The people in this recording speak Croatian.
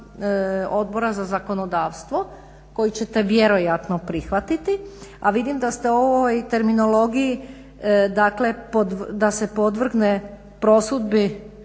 Odbora za zakonodavstvo koji ćete vjerojatno prihvatiti, a vidim da ste u ovoj terminologiji dakle da se podvrgne prosudbi